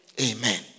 Amen